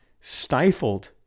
stifled